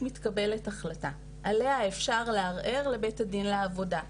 מתקבלת ההחלטה שעליה אפשר לערער לבית הדין לעבודה.